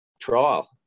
trial